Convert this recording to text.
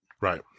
right